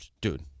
dude